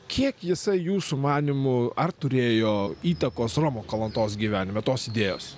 kiek jisai jūsų manymu ar turėjo įtakos romo kalantos gyvenime tos idėjos